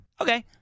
Okay